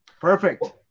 Perfect